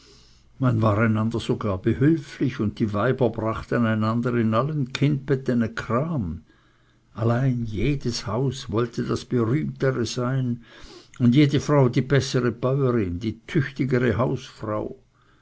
man war einander sogar behülflich und die weiber brachten einander in allen kindbettene kram allein jedes haus wollte das berühmtere sein und jede frau die bessere bäuerin die tüchtigere hausfrau